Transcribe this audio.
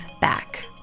back